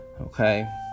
okay